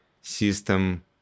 system